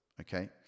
Okay